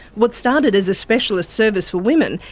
what started as a specialist service for women,